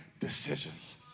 decisions